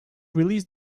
release